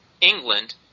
England